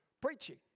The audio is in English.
preaching